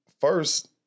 first